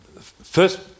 First